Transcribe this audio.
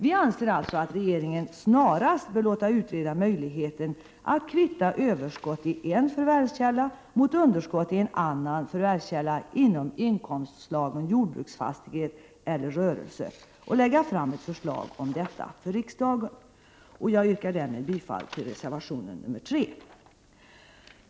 Vi anser alltså att regeringen snarast bör låta utreda möjligheten att kvitta överskott i en viss förvärvskälla mot underskott i en annan förvärvskälla inom inkomstslagen jordbruksfastighet eller rörelse och lägga fram ett förslag om detta för riksdagen. Jag yrkar därmed bifall till reservation nr 3.